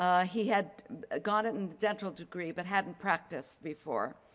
ah he had ah gotten the dental degree, but hadn't practiced before.